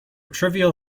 trivial